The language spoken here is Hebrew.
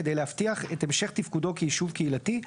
כדי להבטיח את המשך תפקודו כיישוב קהילתי,